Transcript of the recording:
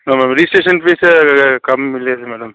no madam registration fees కమ్ లేదు madam